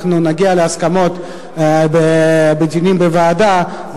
נגיע להסכמות בדיונים בוועדה,